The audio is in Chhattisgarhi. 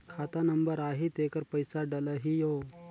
खाता नंबर आही तेकर पइसा डलहीओ?